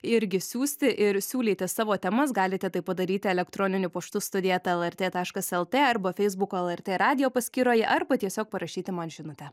irgi siųsti ir siūlyti savo temas galite tai padaryti elektroniniu paštu studija eta lrt taškas lt arba feisbuko lrt radijo paskyroje arba tiesiog parašyti man žinutę